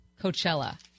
Coachella